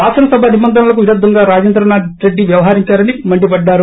కాసనసభ నిబంధనలకు విరుద్దంగా రాజేంద్రనాథ్ రెడ్డి వ్యవహరించారని మండిపడ్డారు